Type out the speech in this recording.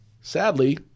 Sadly